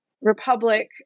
Republic